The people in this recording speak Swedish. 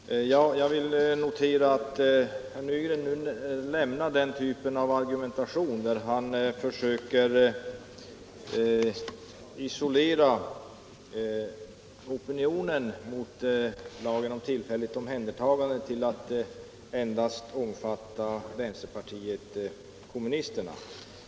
Herr talman! Jag vill notera att herr Nygren nu lämnar den typen av argumentation där han försöker isolera opinionen mot lagen om tillfälligt omhändertagande till att endast omfatta vänsterpartiet kommunisterna.